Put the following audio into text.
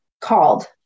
called